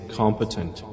competent